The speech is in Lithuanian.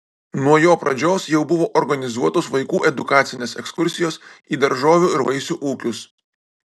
nuo jo pradžios jau buvo organizuotos vaikų edukacinės ekskursijos į daržovių ir vaisių ūkius